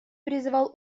призывал